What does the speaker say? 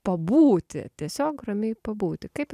pabūti tiesiog ramiai pabūti kaip